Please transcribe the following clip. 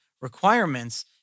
requirements